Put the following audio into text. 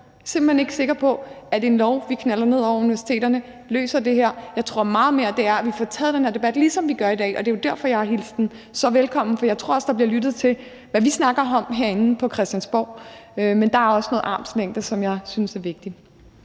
Jeg er simpelt hen ikke sikker på, at en lov, som vi knalder ned over universiteterne, løser det her. Jeg tror meget mere på, at det er bedre, at vi får taget den her debat, ligesom vi gør i dag, og det er jo derfor, jeg har hilst den så velkommen. For jeg tror også, at der bliver lyttet til, hvad vi snakker om herinde på Christiansborg, men der er også noget med armslængde, som jeg synes er vigtigt.